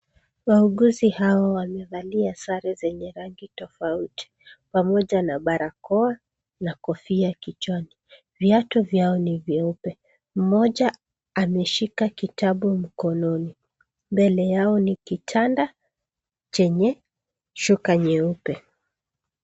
Wauguzi hawa wamevalia sare zenye rangi tofauti pamoja na barakoa na kofia kichwani. Viatu vyao ni vyeupe. Mmoja ameshika kitabu mkononi. Mbele yao ni kitanda chenye shuka nyeupe.